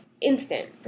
instant